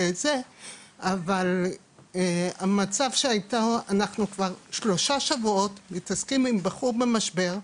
אבל המצב שאנחנו כבר שלושה שבועות מתעסקים עם בחור במשבר,